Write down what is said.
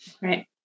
Right